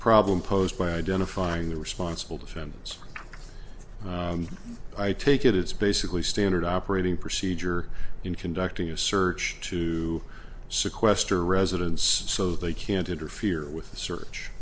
problem posed by identifying the responsible defendants i take it it's basically standard operating procedure in conducting a search to sequester residence so they can't interfere with the search